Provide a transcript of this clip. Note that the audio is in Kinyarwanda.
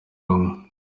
rumwe